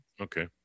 Okay